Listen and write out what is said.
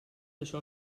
això